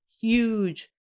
huge